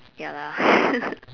ya lah